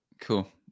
cool